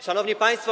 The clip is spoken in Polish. Szanowni Państwo!